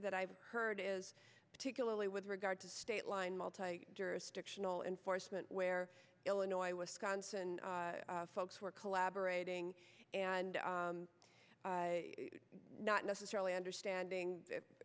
that i've heard is particularly with regard to state line multi jurisdictional enforcement where illinois wisconsin folks were collaborating and not necessarily understanding i